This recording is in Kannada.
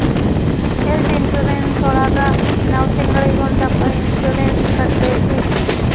ಹೆಲ್ತ್ ಇನ್ಸೂರೆನ್ಸ್ ಒಳಗ ನಾವ್ ತಿಂಗ್ಳಿಗೊಂದಪ್ಪ ಇನ್ಸೂರೆನ್ಸ್ ಕಟ್ಟ್ಬೇಕು